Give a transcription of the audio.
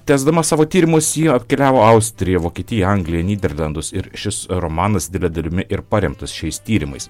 tęsdama savo tyrimus ji apkeliavo austriją vokietiją angliją nyderlandus ir šis romanas didele dalimi ir paremtas šiais tyrimais